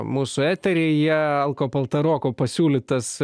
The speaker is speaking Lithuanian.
mūsų eteryje alko paltaroko pasiūlytas